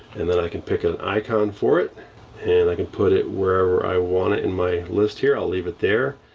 and then i can pick an icon for it and i can put it wherever i want it in my list here. i'll leave it there.